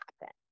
happen